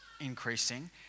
increasing